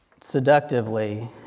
seductively